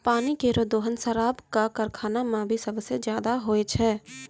पानी केरो दोहन शराब क कारखाना म भी सबसें जादा होय छै